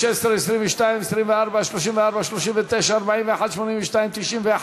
16, 22, 24, 34, 39, 41, 82, 91,